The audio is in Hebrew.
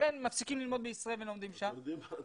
לכן הם מפסיקים ללמוד בישראל ולומדים שם.